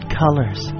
colors